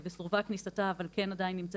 וסורבה כניסתה אבל היא כן עדיין נמצאת